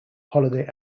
holiday